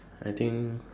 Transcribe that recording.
I think